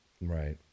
right